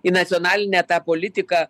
į nacionalinę tą politiką